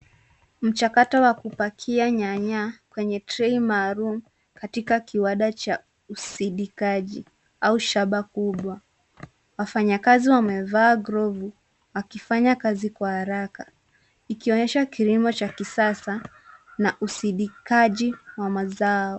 Mchakato wa kupakia nyanya kwenye trei maalum katika kiwanda cha usindikaji au shamba kubwa. Wafanyikazi wamevaa glovu wakifanya kazi kwa haraka ikionyesha kilimo cha kisasa na usindikaji wa mazao.